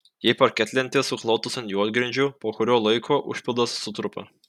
jei parketlentės suklotos ant juodgrindžių po kurio laiko užpildas sutrupa